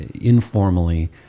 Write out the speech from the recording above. informally